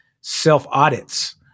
self-audits